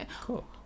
Cool